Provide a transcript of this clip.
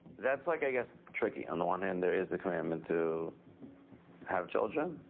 that's like, i guess, tricky. on the one hand, there is a commandment to have children.